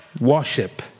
worship